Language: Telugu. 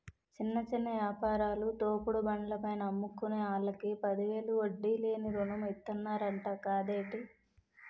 చిన్న చిన్న యాపారాలు, తోపుడు బండ్ల పైన అమ్ముకునే ఆల్లకి పదివేలు వడ్డీ లేని రుణం ఇతన్నరంట కదేటి